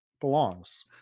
belongs